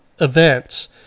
events